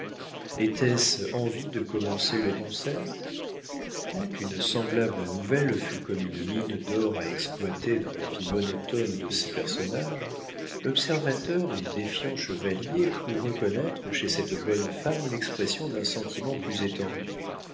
était-ce envie de commencer le concert quoiqu'une semblable nouvelle fût comme une mine d'or à exploiter dans la vie monotone de ces personnages l'observateur et défiant chevalier crut reconnaître chez cette bonne femme l'expression d'un sentiment plus étendu